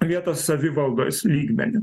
vietos savivaldos lygmeniu